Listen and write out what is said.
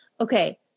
Okay